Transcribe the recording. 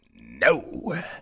no